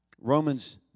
Romans